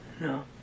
No